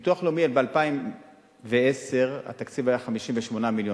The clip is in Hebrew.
הביטוח הלאומי, ב-2010 התקציב היה 58 מיליארד.